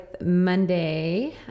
Monday